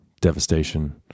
devastation